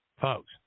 folks